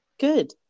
good